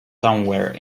somewhere